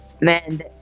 Man